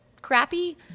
crappy